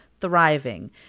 thriving